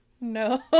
No